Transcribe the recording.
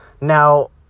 Now